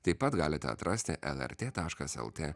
taip pat galite atrasti lrt taškas el tė